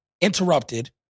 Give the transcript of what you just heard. Interrupted